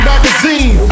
Magazine